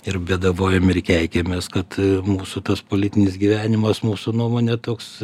ir bėdavojam ir keikiamės kad mūsų tas politinis gyvenimas mūsų nuomone toks